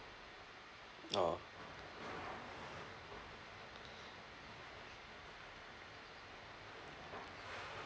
orh